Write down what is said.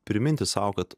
priminti sau kad